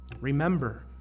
Remember